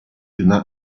una